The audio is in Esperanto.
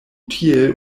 tiel